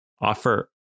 Offer